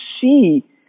see